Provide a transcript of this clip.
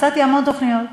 מצאתי המון תוכניות.